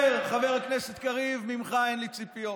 אז אני אומר, חבר הכנסת קריב, ממך אין לי ציפיות,